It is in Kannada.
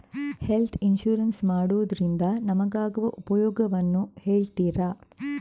ಹೆಲ್ತ್ ಇನ್ಸೂರೆನ್ಸ್ ಮಾಡೋದ್ರಿಂದ ನಮಗಾಗುವ ಉಪಯೋಗವನ್ನು ಹೇಳ್ತೀರಾ?